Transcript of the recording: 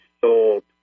sold